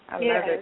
Yes